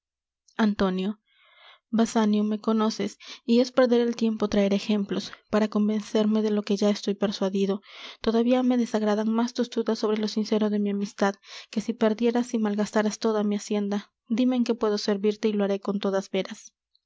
antonio basanio me conoces y es perder el tiempo traer ejemplos para convencerme de lo que ya estoy persuadido todavía me desagradan más tus dudas sobre lo sincero de mi amistad que si perdieras y malgastaras toda mi hacienda dime en qué puedo servirte y lo haré con todas veras